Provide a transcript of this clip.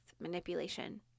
manipulation